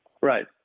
Right